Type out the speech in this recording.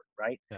right